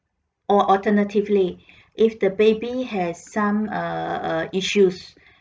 or alternatively if the baby has some err err issues